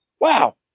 wow